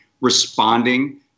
responding